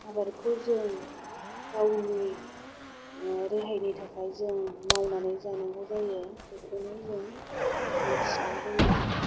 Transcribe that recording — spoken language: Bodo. आबादखौ जों गावनि रेहायनि थाखाय जों मावनोनै जानांगौ जायो बेखौनो जों मिन्थिनाय जायो